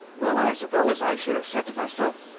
well, i suppose i should have said to myself,